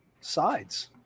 sides